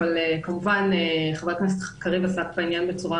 אבל כמובן חבר הכנסת קריב עסק בעניין בצורה